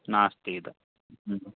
नास्ति तत्